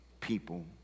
people